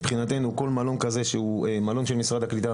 מבחינתנו כל מלון כזה שהוא מלון של משרד הקליטה,